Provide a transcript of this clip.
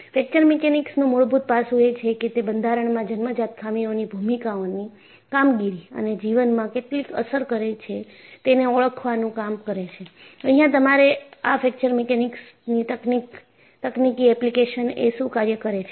fracture mechanics નું મૂળભૂત પાસું એ છે કે તે બંધારણમાં જન્મજાત ખામીઓની ભૂમિકાઓની કામગીરી અને જીવનમાં કેટલી અસર કરે છે તેને ઓળખવાનું કામ કરે છે અહિયાં તમારે આ ફ્રેક્ચર મિકેનિકસ ની તકનીકી એપ્લિકેશન એ શું કાર્ય કરે છે